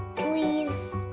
please.